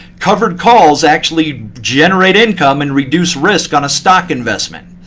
covered calls actually generate income and reduce risk on a stock investment.